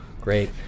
Great